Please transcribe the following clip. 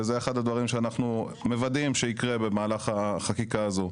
וזה אחד הדברים שאנחנו מוודאים שיקרה במהלך החקיקה הזאת.